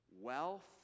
wealth